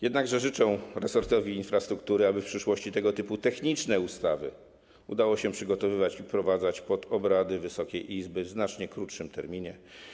Jednakże życzę resortowi infrastruktury, aby w przyszłości tego typu techniczne ustawy udało się przygotowywać i wprowadzać pod obrady Wysokiej Izby w znacznie krótszym terminie.